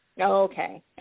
Okay